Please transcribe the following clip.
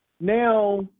Now